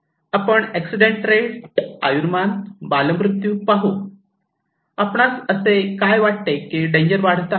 आपण accident rate आयुर्मान बालमृत्यू पाहूआपणास असे काय वाटते की डेंजर वाढत आहेत